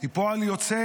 היא פועל יוצא